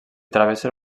travessa